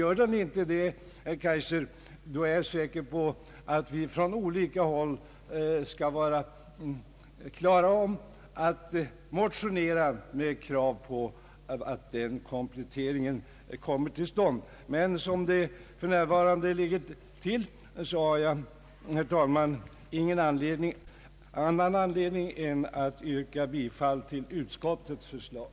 Sker inte detta, herr Kaijser, är jag säker på att vi från olika håll skall vara beredda att motionera med krav på att en sådan komplettering kommer till stånd. Som ärendet för närvarande ligger till har jag, herr talman, inte anledning annat än att yrka bifall till utskottets förslag.